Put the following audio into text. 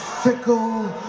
fickle